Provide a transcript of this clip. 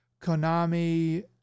Konami